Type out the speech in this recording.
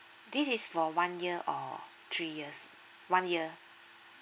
this is for one year or three years one year